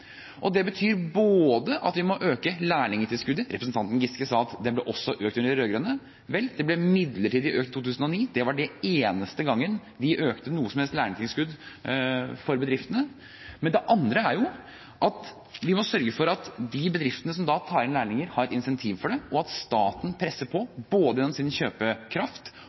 Det betyr at vi må øke lærlingtilskuddet. Representanten Giske sa at det ble økt også under de rød-grønne. Vel, det ble midlertidig økt i 2009 – det var den eneste gangen de økte noe som helst på lærlingtilskudd for bedriftene. Men vi må også sørge for at de bedriftene som tar inn lærlinger, har et incentiv for det, og at staten presser på både gjennom sin kjøpekraft